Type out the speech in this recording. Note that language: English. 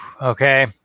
Okay